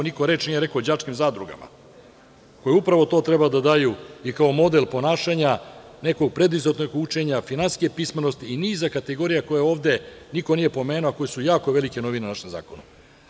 Niko reč nije rekao o đačkim zadrugama, koje upravo to treba da daju kao model ponašanja, nekog preuzetog učenja, finansijske pismenosti i niza kategorija koje ovde niko nije pomenuo, a koje su jako velike novine u našem zakonu.